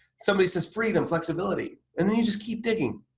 somebody says freedom, flexibility and you just keep digging.